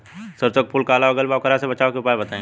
सरसों के फूल काला हो गएल बा वोकरा से बचाव के उपाय बताई?